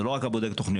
זה לא רק בודק התוכניות.